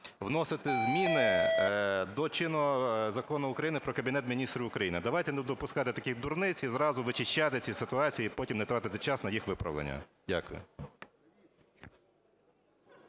вносити зміни до чинного Закону України "Про Кабінет Міністрів України". Давайте не допускати таких дурниць і зразу вичищати ці ситуації, і потім не тратити час на їх виправлення. Дякую.